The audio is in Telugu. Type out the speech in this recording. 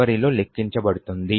చివరిలో లెక్కించబడుతుంది